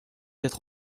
être